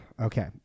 Okay